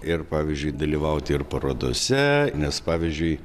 ir pavyzdžiui dalyvauti ir parodose nes pavyzdžiui